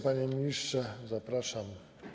Panie ministrze, zapraszam.